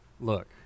look